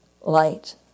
light